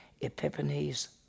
Epiphanes